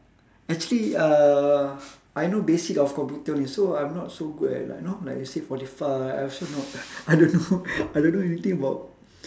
actually uh I know basic of computer only so I'm not so good at like you know you said spotify I also know I don't know I don't know anything about